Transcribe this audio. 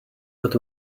but